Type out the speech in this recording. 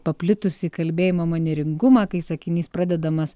paplitusį kalbėjimo manieringumą kai sakinys pradedamas